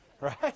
Right